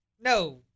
no